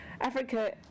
Africa